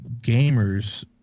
gamers